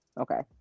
Okay